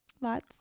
lots